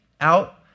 out